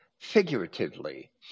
figuratively